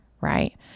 right